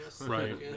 Right